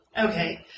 Okay